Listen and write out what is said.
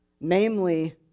Namely